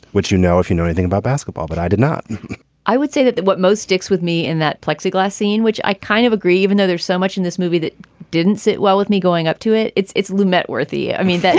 which, you know, if you know anything about basketball. but i did not i would say that that what most sticks with me in that plexiglas scene, which i kind of agree, even though there's so much in this movie that didn't sit well with me going up to it. it's it's lumet worthy. i mean,